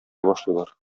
башлыйлар